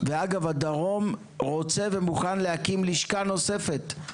ואגב, הדרום רוצה ומוכן להקים לשכה נוספת.